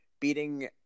beating